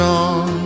on